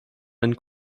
einen